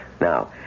Now